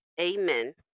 Amen